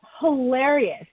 hilarious